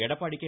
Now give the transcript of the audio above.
Edappadi K